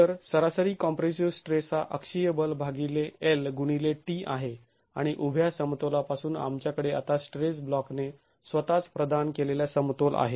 तर सरासरी compressive stress हा अक्षीय बल भागिले l गुणिले t आहे आणि उभ्या समतोलापासून आमच्याकडे आता स्ट्रेस ब्लॉक ने स्वतःच प्रदान केलेला समतोल आहे